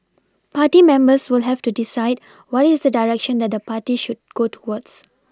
party members will have to decide what is the direction that the party should go towards